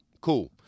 cool